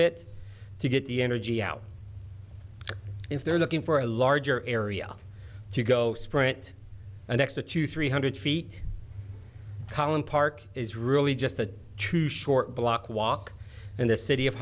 bit to get the energy out if they're looking for a larger area to go sprint an extra two three hundred feet collin park is really just a true short block walk and the city of